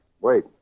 Wait